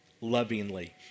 lovingly